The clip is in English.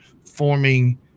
forming